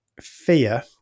fear